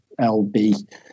LB